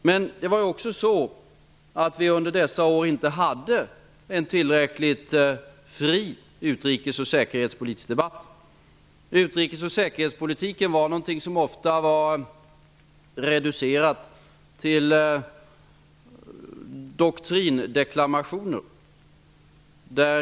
Under dessa år fördes inte heller en tillräckligt fri utrikes och säkerhetspolitisk debatt. Utrikes och säkerhetspolitiken var ofta reducerad till doktrindeklamationer.